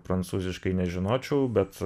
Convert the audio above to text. prancūziškai nežinočiau bet